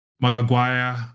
Maguire